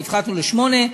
והפחתנו לשמונה.